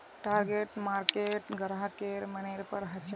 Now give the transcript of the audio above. target market ग्राहकेर मनेर पर हछेक